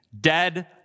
Dead